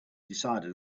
decided